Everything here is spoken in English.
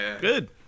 good